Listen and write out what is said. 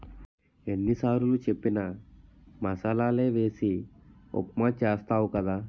ఎన్ని సారులు చెప్పిన మసాలలే వేసి ఉప్మా చేస్తావు కదా